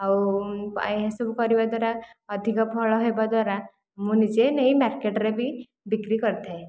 ଆଉ ଏସବୁ କରିବା ଦ୍ୱାରା ଅଧିକ ଫଳ ହେବା ଦ୍ୱାରା ମୁଁ ନିଜେ ନେଇ ମାର୍କେଟରେ ବି ବିକ୍ରି କରିଥାଏ